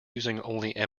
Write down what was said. using